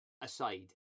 aside